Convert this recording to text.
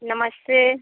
नमस्ते